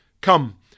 Come